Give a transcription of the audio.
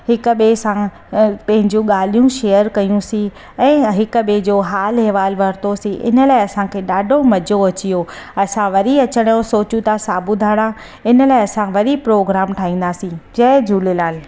हिकु ॿिए सां पंहिंजो ॻाल्हियूं शेयर कयोसीं ऐं हिकु ॿिए जो हालु अहिवालु वरितोसीं इन लाइ असांखे ॾाढो मज़ो अची वियो असां वरी अचण जो सोचूं था साबुधाणा इन लाइ असां वरी प्रोग्राम ठाहींदासीं जय झूलेलाल